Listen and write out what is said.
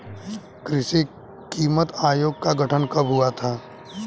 कृषि कीमत आयोग का गठन कब हुआ था?